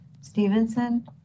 Stevenson